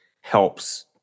helps